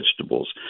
vegetables